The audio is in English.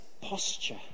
posture